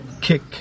kick